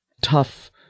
tough